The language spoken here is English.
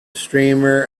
streamer